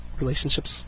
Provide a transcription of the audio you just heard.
relationships